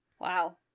Wow